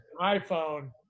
iphone